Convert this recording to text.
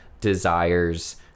desires